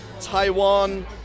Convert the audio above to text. Taiwan